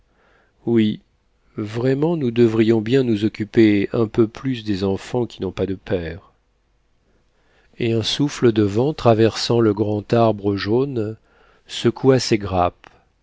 oui vraiment nous devrions bien nous occuper un peu plus des enfants qui n'ont pas de père et un souffle de vent traversant le grand arbre jaune secoua ses grappes